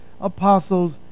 apostles